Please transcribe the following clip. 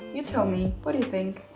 you tell me, what do you think?